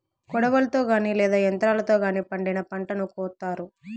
కొడవలితో గానీ లేదా యంత్రాలతో గానీ పండిన పంటను కోత్తారు